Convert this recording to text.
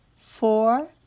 four